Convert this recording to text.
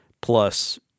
plus